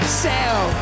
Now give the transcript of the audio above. sell